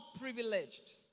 privileged